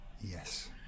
yes